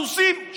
סוסים,